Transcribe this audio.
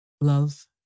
Love